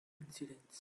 incidents